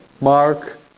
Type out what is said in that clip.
Mark